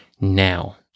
now